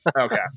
Okay